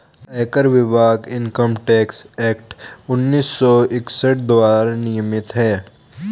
आयकर विभाग income tax act उन्नीस सौ इकसठ द्वारा नियमित है